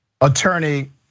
Attorney